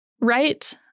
right